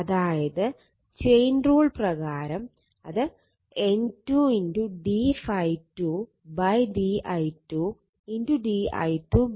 അതായത് chain rule പ്രകാരം അത് N2 d ∅2 di2 di2 dt എന്നാവും